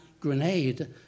grenade